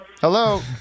Hello